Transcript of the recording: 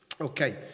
Okay